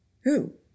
Who